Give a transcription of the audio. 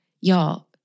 Y'all